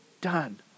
Done